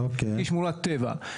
משמורת טבע,